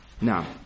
Now